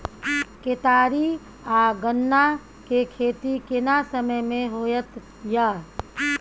केतारी आ गन्ना के खेती केना समय में होयत या?